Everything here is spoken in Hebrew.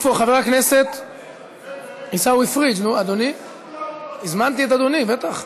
הזמנתי את אדוני, בטח.